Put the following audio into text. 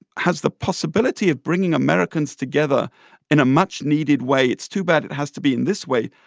has the possibility of bringing americans together in a much needed way. it's too bad it has to be in this way,